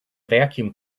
vacuum